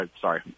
sorry